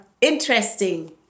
interesting